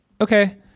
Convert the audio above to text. okay